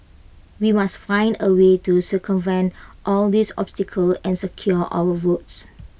we must find A way to circumvent all these obstacles and secure our votes